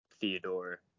theodore